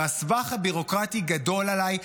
והסבך הביורוקרטי גדול עליי,